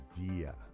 idea